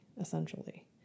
essentially